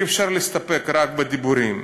אי-אפשר להסתפק בדיבורים.